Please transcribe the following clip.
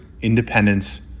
independence